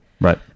Right